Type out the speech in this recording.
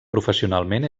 professionalment